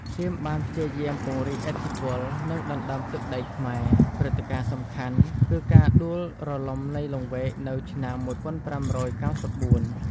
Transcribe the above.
សៀមបានព្យាយាមពង្រីកឥទ្ធិពល និងដណ្តើមទឹកដីខ្មែរ ព្រឹត្តិការណ៍សំខាន់គឺការដួលរលំនៃលង្វែកនៅឆ្នាំ ១៥៩៤។